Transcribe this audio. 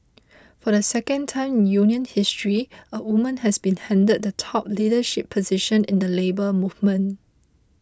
for the second time in union history a woman has been handed the top leadership position in the Labour Movement